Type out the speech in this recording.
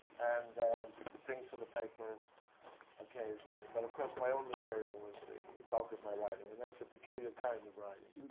and things for the paper occasionally. but, of course, my own material was the bulk of my writing. and that's a peculiar kind of writing